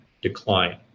decline